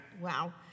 Wow